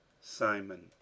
Simon